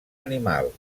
animal